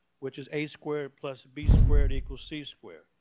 which is a squared plus b squared equals c squared.